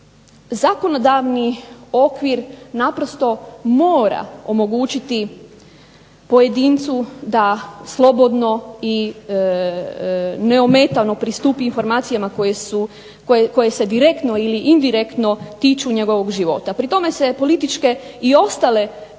Zakonodavni okvir naprosto mora omogućiti pojedincu da slobodno i neometano pristupi informacijama koje se direktno ili indirektno tiču njegovog života. Pri tome se političke i ostale